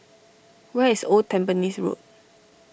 where is Old Tampines Road